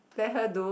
let her do